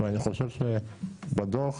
בדוח